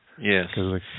yes